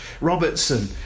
Robertson